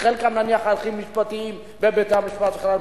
חלקן נניח בהליכים משפטיים בבית-המשפט וכן הלאה.